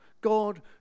God